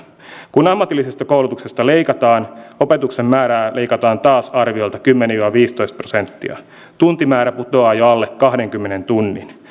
kun ammatillisesta koulutuksesta leikataan opetuksen määrää leikataan taas arviolta kymmenen viiva viisitoista prosenttia tuntimäärä putoaa jo alle kahdenkymmenen tunnin